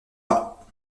pas